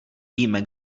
víme